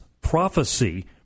prophecy